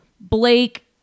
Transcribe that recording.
Blake